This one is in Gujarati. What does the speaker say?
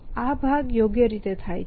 આ ભાગ યોગ્ય રીતે થાય છે